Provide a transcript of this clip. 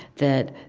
that,